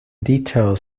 details